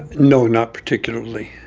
no, not particularly